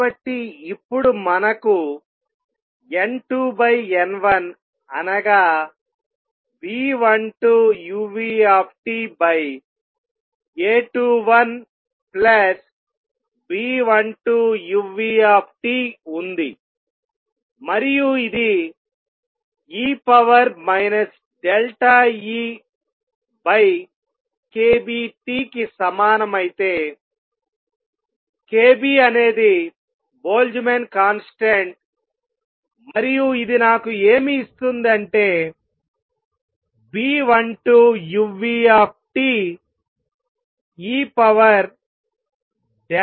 కాబట్టి ఇప్పుడు మనకు N2N1 అనగాB12uTA21B12uT ఉంది మరియు ఇది e EkBT కి సమానం అయితే kB అనేది బొల్ట్జ్గ్మన్ కాన్స్టాంట్ మరియు ఇది నాకు ఏమి ఇస్తుంది అంటే B12uT eEkBT